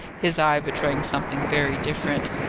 his eye betraying something very different.